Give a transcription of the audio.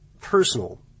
personal